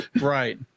right